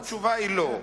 התשובה היא לא.